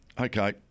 okay